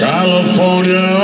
California